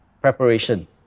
preparation